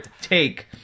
take